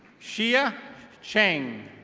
shia shang.